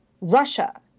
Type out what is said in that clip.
Russia